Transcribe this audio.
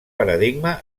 paradigma